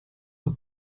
what